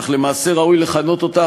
האחריות ההיסטורית,